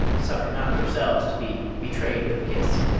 suffer not yourselves to be betrayed with a kiss!